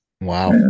Wow